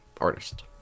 artist